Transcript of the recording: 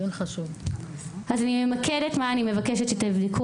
אני ממקדת מה אני מבקשת שתבדקו